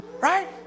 right